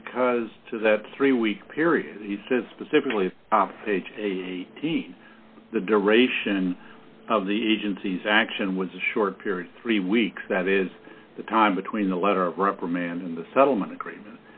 because to that three week period he says specifically page a t the duration of the agency's action was a short period three weeks that is the time between the letter of reprimand and the settlement agreement